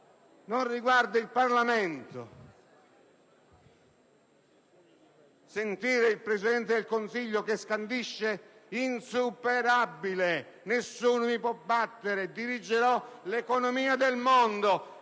Non riguarda il Parlamento sentire il Presidente del Consiglio che scandisce: «Insuperabile, nessuno mi può battere, dirigerò l'economia del mondo»?